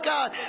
God